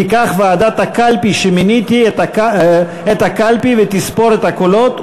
תיקח ועדת הקלפי שמיניתי את הקלפי ותספור את הקולות,